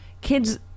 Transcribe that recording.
kids